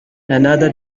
another